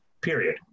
period